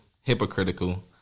hypocritical